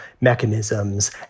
mechanisms